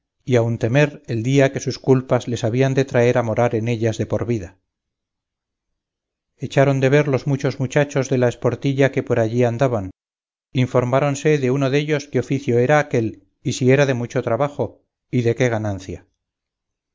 y aun temer el día que sus culpas les habían de traer a morar en ellas de por vida echaron de ver los muchos muchachos de la esportilla que por allí andaban informáronse de uno dellos qué oficio era aquél y si era de mucho trabajo y de qué ganancia